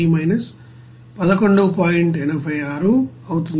86 అవుతుంది